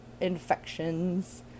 infections